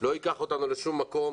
ייקח אותנו לשום מקום